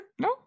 no